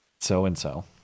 so-and-so